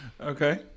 okay